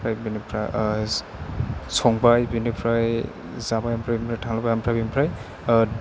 ओमफ्राय बेनिफ्राय संबाय बेनिफ्राइ जाबाय ओमफ्राय बेनिफ्राइ थाबाय ओमफ्राय बेनिफ्राइ